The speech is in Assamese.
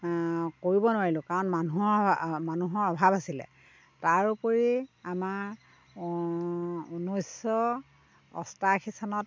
কৰিব নোৱাৰিলোঁ কাৰণ মানুহৰ মানুহৰ অভাৱ আছিলে তাৰ উপৰি আমাৰ ঊনৈছশ অষ্টাশী চনত